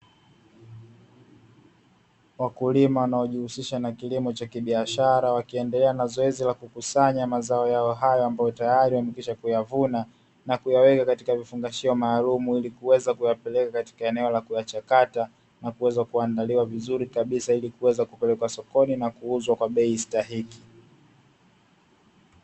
Wakulima wanaojihusisha na kilimo cha kibiashara wakiendelea na zoezi la kukusanya mazao yao hayo ambayo tayari wamekwisha kuyavuna na kuyaweka katika vifungashio maalumu ili kuwaza kuyapeleka katika eneo la kuyachakata na kuweza kuandaliwa vizuri kabisa ili kuwaza kupelekwa sokoni na kuuzwa kwa bei sitaiki